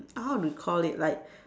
I want to call it like